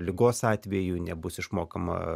ligos atveju nebus išmokama